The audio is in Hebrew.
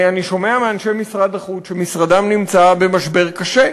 אני שומע מאנשי משרד החוץ שמשרדם נמצא במשבר קשה,